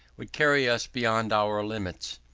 would carry us beyond our limits.